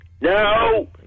no